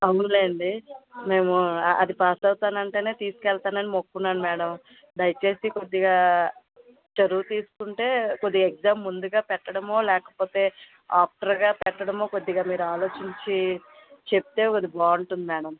అవునులేండి మేము అది పాస్ అవుతానంటేనే తీసుకెళ్తానని మొక్కుకున్నాను మేడం దయచేసి కొద్దిగా చొరవ తీసుకుంటే కొద్దిగా ఎక్జామ్ ముందుగా పెట్టడమో లేకపోతే ఆఫ్టర్గా పెట్టడమో కొద్దిగా మీరు అలోచించి చెప్తే అది బాగుంటుంది మేడం